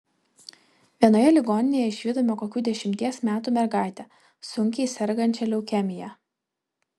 vienoje ligoninėje išvydome kokių dešimties metų mergaitę sunkiai sergančią leukemija